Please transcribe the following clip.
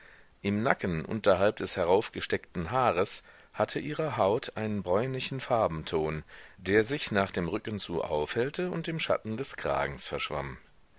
im nacken unterhalb des heraufgesteckten haares hatte ihre haut einen bräunlichen farbenton der sich nach dem rücken zu aufhellte und im schatten des kragens verschwamm